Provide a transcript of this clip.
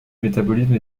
métabolisme